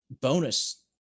bonus